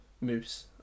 moose